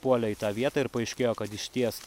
puolė į tą vietą ir paaiškėjo kad išties